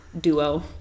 duo